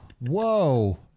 whoa